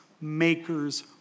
makers